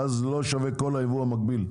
ואז לא שווה כל היבוא המקביל.